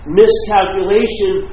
miscalculation